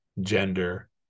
gender